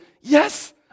yes